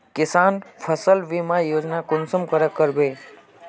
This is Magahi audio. किसान फसल बीमा योजना कुंसम करे करबे?